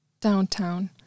downtown